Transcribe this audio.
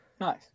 Nice